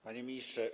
Panie Ministrze!